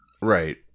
right